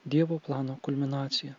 dievo plano kulminacija